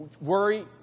worry